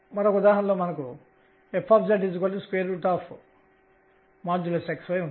మరియు Lzp mr2sin2 కూడా స్థిరంగా ఉంటుంది